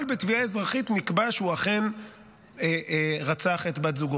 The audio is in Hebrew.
אבל בתביעה אזרחית נקבע שהוא אכן רצח את בת זוגו,